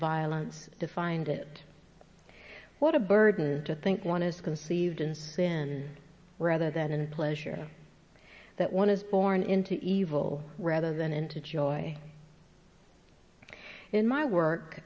violence defined it what a burden to think one is conceived and then rather than a pleasure that one is born into evil rather than into joy in my work